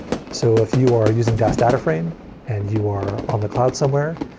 so if you are using dask data frame and you are on the cloud somewhere,